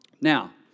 Now